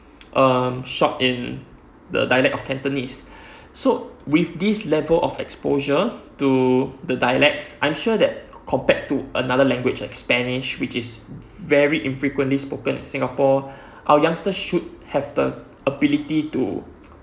um shot in the dialect of cantonese so with this level of exposure to the dialects I'm sure that compared to another language like spanish which is very infrequently spoken in singapore our youngster should have the ability to